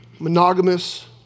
Monogamous